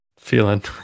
feeling